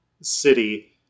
city